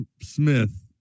Smith